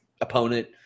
opponent